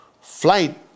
flight